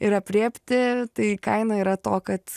ir aprėpti tai kaina yra to kad